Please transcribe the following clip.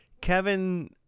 Kevin